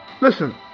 listen